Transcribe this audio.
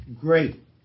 great